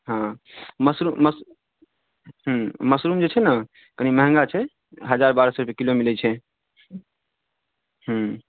हँ mushroom mush ह्म्म mushroom जे छै ने कनि महंगा छै हजार बारह सए रुपैए किलो मिलै छै ह्म्म